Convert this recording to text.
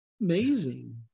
Amazing